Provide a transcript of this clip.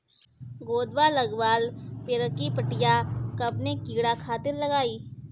गोदवा लगवाल पियरकि पठिया कवने कीड़ा खातिर लगाई?